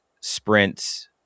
sprints